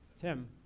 Tim